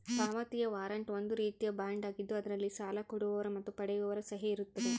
ಪಾವತಿಯ ವಾರಂಟ್ ಒಂದು ರೀತಿಯ ಬಾಂಡ್ ಆಗಿದ್ದು ಅದರಲ್ಲಿ ಸಾಲ ಕೊಡುವವರ ಮತ್ತು ಪಡೆಯುವವರ ಸಹಿ ಇರುತ್ತದೆ